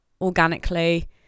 organically